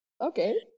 Okay